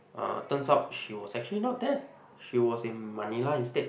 uh turns out she was actually not there she was in Manila instead